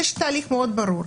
יש תהליך מאוד ברור.